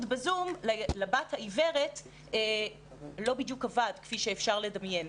ב-זום לבת העיוורת לא בדיוק עבד כפי שאפשר לדמיין.